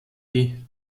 die